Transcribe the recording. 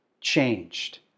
changed